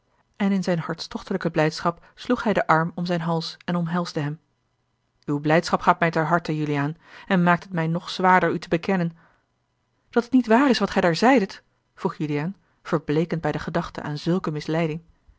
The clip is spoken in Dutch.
en in zijn hartstochtelijke blijdschap sloeg hij den arm om zijn hals en omhelsde hem uwe blijdschap gaat mij ter harte juliaan en maakt het mij nog zwaarder u te bekennen dat het niet waar is wat gij daar zeidet vroeg juliaan verbleekend bij de gedachte aan zulke misleiding